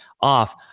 off